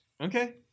Okay